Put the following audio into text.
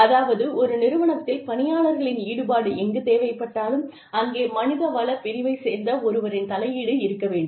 அதாவது ஒரு நிறுவனத்தில் பணியாளர்களின் ஈடுபாடு எங்கு தேவைப்பட்டாலும் அங்கே மனித வளப் பிரிவைச் சேர்ந்த ஒருவரின் தலையீடு இருக்க வேண்டும்